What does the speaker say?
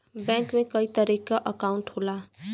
bank में कई तरे क अंकाउट होला